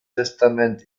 testament